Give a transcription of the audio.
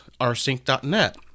rsync.net